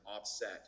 offset